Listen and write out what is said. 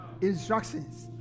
instructions